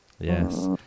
Yes